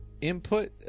Input